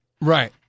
Right